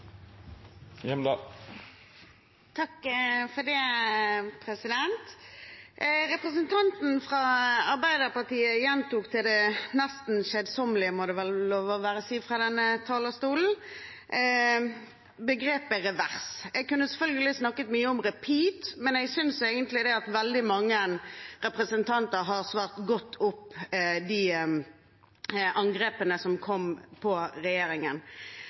Representanten fra Arbeiderpartiet gjentok nesten til det kjedsommelige, må det vel være lov å si fra denne talerstolen, begrepet «revers». Jeg kunne selvfølgelig snakket mye om «repeat», men jeg synes egentlig at veldig mange representanter har svart godt på de angrepene som kom på regjeringen.